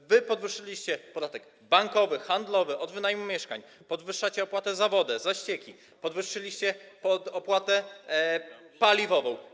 To wy podwyższyliście podatki: bankowy, handlowy, od wynajmu mieszkań, podwyższacie opłaty za wodę, za ścieki, podwyższyliście opłatę paliwową.